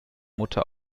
mutter